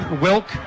Wilk